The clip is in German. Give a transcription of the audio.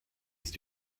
ist